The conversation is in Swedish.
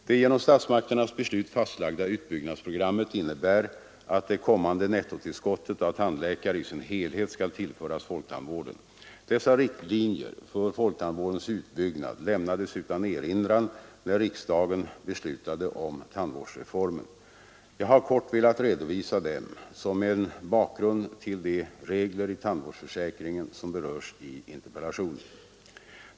Det genom statsmakternas beslut fastlagda utbyggnadsprogrammet innebär att det kommande nettotillskottet av tandläkare i sin helhet skall tillföras folktandvården. Dessa riktlinjer för folktandvårdens utbyggnad lämnades utan erinran när riksdagen beslutade om tandvårdsreformen. Jag har kort velat redovisa dem som en bakgrund till de regler i tandvårdsförsäkringen som berörs i interpellationen.